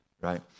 right